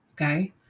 Okay